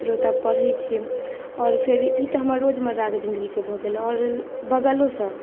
फेर ओतय पढ़ैत छियै आओर फेर ई तऽ हमर रोजमर्राके जिन्दगीके भऽ गेल आओर बगलोसँ